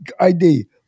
ID